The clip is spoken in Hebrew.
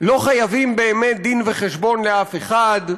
לא חייבים באמת דין-וחשבון לאף אחד.